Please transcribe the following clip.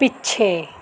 ਪਿੱਛੇ